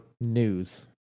news